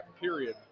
period